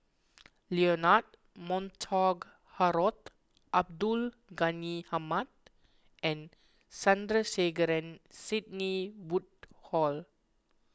Leonard Montague Harrod Abdul Ghani Hamid and Sandrasegaran Sidney Woodhull